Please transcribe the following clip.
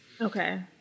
Okay